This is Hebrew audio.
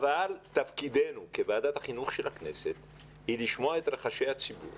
אבל תפקידנו כוועדת החינוך של הכנסת הוא לשמוע את רחשי הציבור